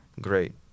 Great